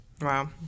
Wow